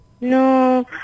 No